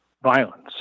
violence